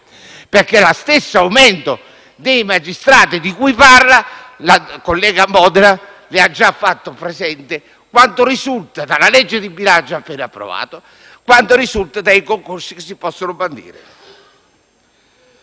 proposito dell'aumento dei magistrati di cui parla, la collega Modena le ha già fatto presente quanto risulta dalla legge di bilancio appena approvata e quanto risulta dai concorsi che si possono bandire.